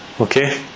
okay